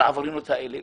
לעבריינות הזאת.